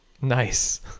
Nice